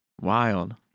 Wild